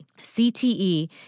CTE